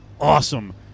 awesome